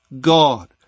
God